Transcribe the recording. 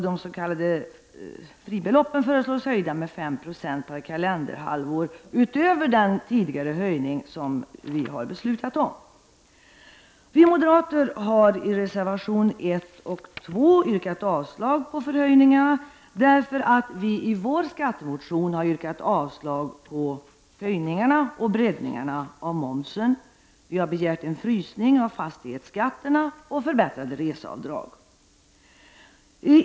De s.k. fribeloppen föreslås höjda med 5 20 per kalenderhalvår, utöver den höjning vi tidigare beslutat om. Vi moderater har i reservationerna 1 och 2 yrkat avslag på förhöjningarna därför att vi i vår skattemotion yrkat avslag på höjningarna och breddningarna av momsen. Vi har begärt en frysning av fastighetsskatterna och förbättrat reseavdrag.